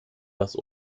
das